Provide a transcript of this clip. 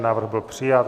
Návrh byl přijat.